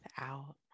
out